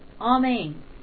amen